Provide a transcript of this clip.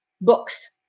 books